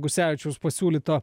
gusevičiaus pasiūlyto